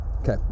Okay